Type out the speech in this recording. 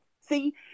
See